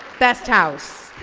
best house.